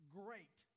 great